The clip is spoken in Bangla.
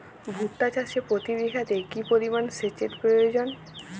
ভুট্টা চাষে প্রতি বিঘাতে কি পরিমান সেচের প্রয়োজন?